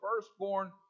firstborn